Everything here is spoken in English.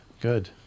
good